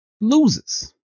loses